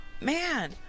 man